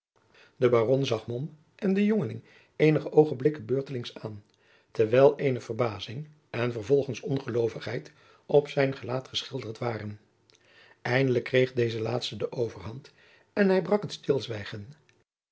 de baron zag mom en den jongeling eenige oogenblikken beurtelings aan terwijl eerst verbazing en vervolgens ongeloovigheid op zijn gelaat geschilderd waren eindelijk kreeg deze laatste de overhand en hij brak het